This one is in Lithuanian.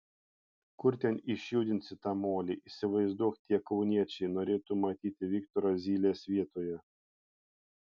kur ten išjudinsi tą molį įsivaizduok tie kauniečiai norėtų matyti viktorą zylės vietoje